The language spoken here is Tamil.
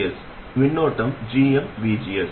எனவே இங்கு பாயும் மின்னோட்டம் உண்மையில் ioRDRDRL ஆகும்